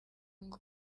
ngo